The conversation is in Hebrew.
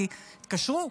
כי התקשרו.